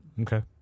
Okay